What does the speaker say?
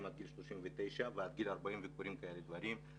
עד גיל 39 ועד גיל 40 וקורים כאלה דברים.